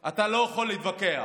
אתה לא יכול להתווכח.